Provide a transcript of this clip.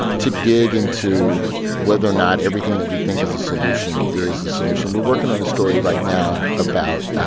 to dig into whether or not everything that we think is a solution is the solution. we're working on a story right now about